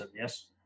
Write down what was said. yes